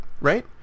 right